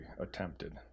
attempted